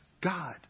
God